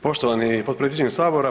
Poštovani potpredsjedniče Sabora.